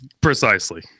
Precisely